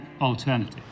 alternative